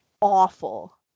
awful